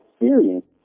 experience